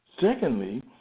Secondly